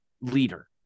leader